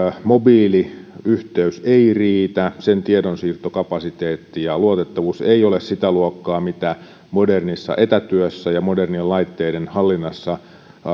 mobiiliyhteys ei riitä sen tiedonsiirtokapasiteetti ja luotettavuus ei ole sitä luokkaa mitä modernissa etätyössä ja modernien laitteiden hallinnassa